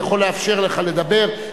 יכול לאפשר לך לדבר.